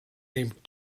named